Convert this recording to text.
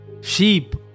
Sheep